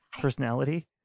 personality